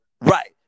Right